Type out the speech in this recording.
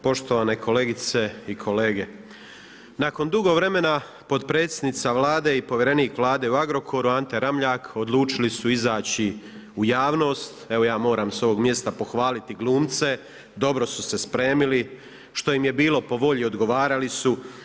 Poštovane kolegice i kolege, nakon dugo vremena potpredsjednica Vlade i povjerenik Vlade u Agrokoru, Ante Ramljak, odlučili su izaći u javnost, evo ja moram s ovog mjesta pohvaliti glumce, dobro su se spremili, što im je bilo po volji, odgovarali su.